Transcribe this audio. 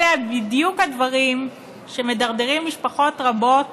אלה בדיוק הדברים שמדרדרים משפחות רבות